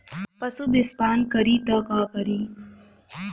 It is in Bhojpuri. पशु विषपान करी त का करी?